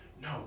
No